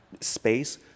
space